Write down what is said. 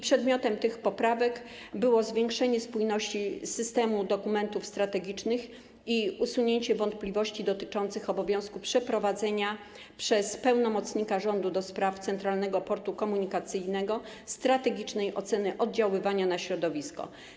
Przedmiotem tych poprawek było zwiększenie spójności systemu dokumentów strategicznych i usunięcie wątpliwości dotyczących obowiązku przeprowadzenia przez pełnomocnika rządu do spraw Centralnego Portu Komunikacyjnego strategicznej oceny oddziaływania na środowisko.